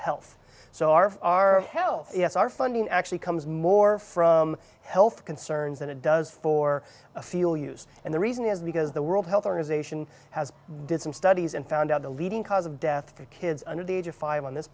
health so our our health yes our funding actually comes more from health concerns than it does for a feel used and the reason is because the world health organization has did some studies and found out the leading cause of death for kids under the age of five on this